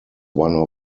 one